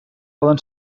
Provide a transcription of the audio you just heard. poden